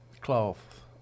cloth